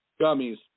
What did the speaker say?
gummies